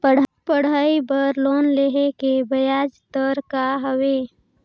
पढ़ाई बर लोन लेहे के ब्याज दर का हवे?